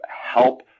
help